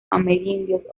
amerindios